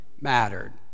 mattered